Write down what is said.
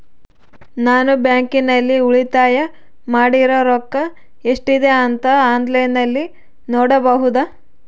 ನಾನು ಬ್ಯಾಂಕಿನಲ್ಲಿ ಉಳಿತಾಯ ಮಾಡಿರೋ ರೊಕ್ಕ ಎಷ್ಟಿದೆ ಅಂತಾ ಆನ್ಲೈನಿನಲ್ಲಿ ನೋಡಬಹುದಾ?